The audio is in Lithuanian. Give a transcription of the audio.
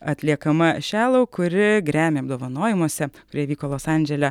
atliekama šelov kuri gremi apdovanojimuose kurie vyko los andžele